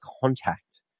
contact